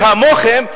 כמוכם,